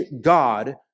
God